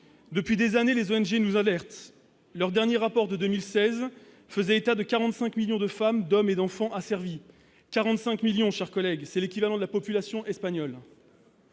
Depuis des années, les ONG nous alertent ; leurs derniers rapports de 2016 faisaient état de 45 millions de femmes, d'hommes et d'enfants asservis ; 45 millions, chers collègues ! C'est l'équivalent de la population espagnole